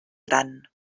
gran